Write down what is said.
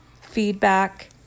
feedback